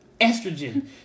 estrogen